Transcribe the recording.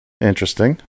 Interesting